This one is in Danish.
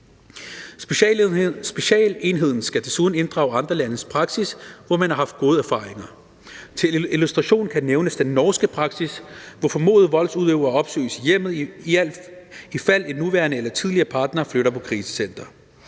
Specialenheden skal desuden inddrage praksis fra andre lande, hvor man har haft gode erfaringer. Til illustration kan nævnes den norske praksis, hvor formodede voldsudøvere opsøges i hjemmet, ifald en nuværende eller tidligere partner flytter på krisecenter.